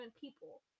people